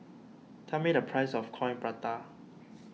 tell me the price of Coin Prata